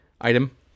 item